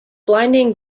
blinding